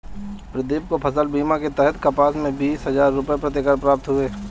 प्रदीप को फसल बीमा के तहत कपास में बीस हजार रुपये प्रति एकड़ प्राप्त हुए